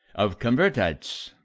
of convertites.